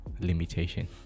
limitation